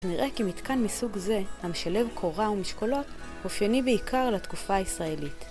נראה כי מתקן מסוג זה, המשלב קורה ומשקולות, אופייני בעיקר לתקופה הישראלית.